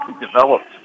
developed